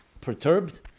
perturbed